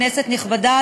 כנסת נכבדה,